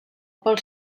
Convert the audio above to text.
pel